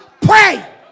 pray